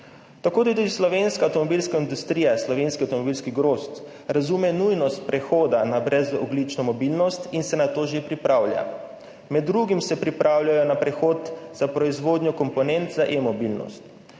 Tako tudi slovenska avtomobilska industrija, Slovenski avtomobilski grozd razume nujnost prehoda na brezogljično mobilnost in se na to že pripravlja. Med drugim se pripravljajo na prehod za proizvodnjo komponent za e-mobilnost.